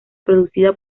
producida